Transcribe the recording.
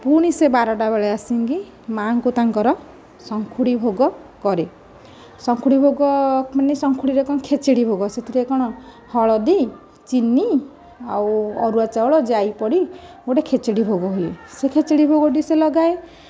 ପୁଣି ସେ ବାରଟାବେଳକୁ ଆସିକି ମାଆ ଙ୍କୁ ତାଙ୍କର ଶଙ୍ଖୁଡ଼ି ଭୋଗ କରେ ଶଙ୍ଖୁଡ଼ି ଭୋଗ ମାନେ ଶଙ୍ଖୁଡ଼ିରେ କ'ଣ ଖେଚୁଡ଼ି ଭୋଗ ସେଥିରେ କ'ଣ ହଳଦୀ ଚିନି ଆଉ ଅରୁଆ ଚାଉଳ ଜାଇ ପଡ଼ି ଗୋଟିଏ ଖେଚୁଡ଼ି ଭୋଗ ହୁଏ ସେ ଖେଚୁଡ଼ି ଭୋଗଟି ସେ ଲଗାଏ